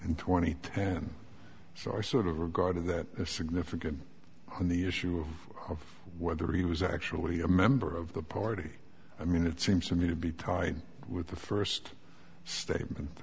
and twenty and so i sort of regarded that as significant on the issue of whether he was actually a member of the party i mean it seems to me to be tied with the first statement